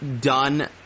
done